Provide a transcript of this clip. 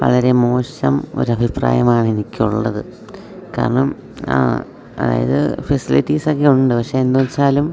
വളരെ മോശം ഒരഭിപ്രായമാണ് എനിക്കുള്ളത് കാരണം അതായത് ഫെസിലിറ്റീസൊക്കെ ഉണ്ട് പക്ഷെ എന്നുവെച്ചാലും